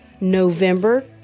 November